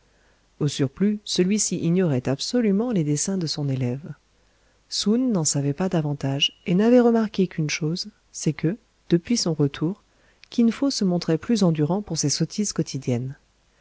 au surplus celui-ci ignorait absolument les desseins de son élève soun n'en savait pas davantage et n'avait remarqué qu'une chose c'est que depuis son retour kin fo se montrait plus endurant pour ses sottises quotidiennes